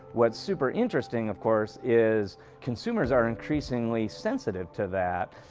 what's super interesting, of course, is consumers are increasingly sensitive to that.